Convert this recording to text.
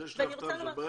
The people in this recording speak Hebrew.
אז יש לי הפתעה בשבילך,